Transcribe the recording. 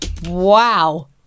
Wow